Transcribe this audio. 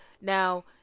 Now